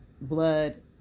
blood